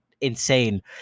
insane